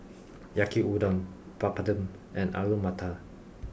Yaki Udon Papadum and Alu Matar